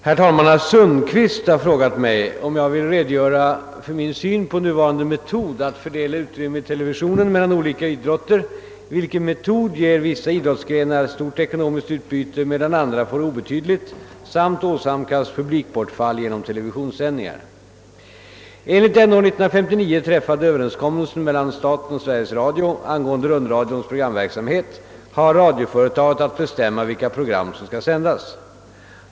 Herr talman! Herr Sundkvist har frå gat mig, om jag vill redogöra för min syn på nuvarande metod att fördela utrymme i televisionen mellan olika idrotter, vilken metod ger vissa idrottsgrenar stort ekonomiskt utbyte medan andra får obetydligt samt åsamkas publikbortfall genom televisionssändningar. Enligt den år 1959 träffade överenskommelsen mellan staten och Sveriges Radio angående rundradions programverksamhet har radioföretaget att bestämma vilka program som skall sändas.